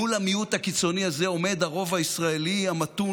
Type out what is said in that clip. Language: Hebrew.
מול המיעוט הקיצוני הזה עומד הרוב הישראלי המתון.